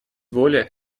воля